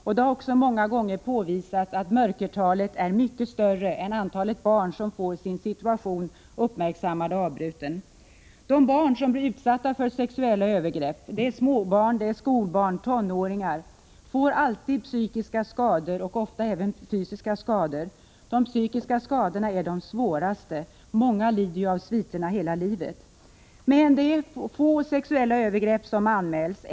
Det har också ofta påvisats att mörkertalet är mycket större än antalet barn som får sin situation uppmärksammad och missförhållandet avhjälpt. De barn som blir utsatta för sexuella övergrepp — småbarn, skolbarn, tonåringar — får alltid psykiska skador och ofta även fysiska skador. De psykiska skadorna är de svåraste. Många lider av sviterna hela livet. Få sexuella övergrepp anmäls.